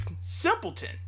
simpleton